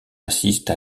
assiste